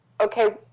Okay